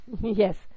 Yes